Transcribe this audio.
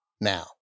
now